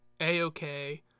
a-okay